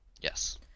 Yes